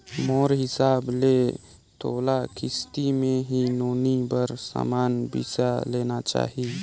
मोर हिसाब ले तोला किस्ती मे ही नोनी बर समान बिसा लेना चाही